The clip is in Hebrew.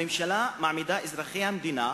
הממשלה מעמידה את אזרחי המדינה,